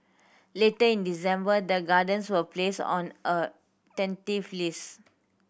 later in December the gardens were placed on a tentative list